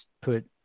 put